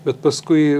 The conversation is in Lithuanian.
bet paskui